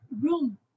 room